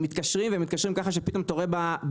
הם מתקשרים והם מתקשרים ככה שפתאום אתה רואה בזיהוי,